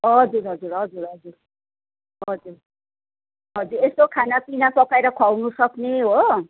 हजुर हजुर हजुर हजुर हजुर हजुर यसो खानापिना पकाएर खुवाउनु सक्ने हो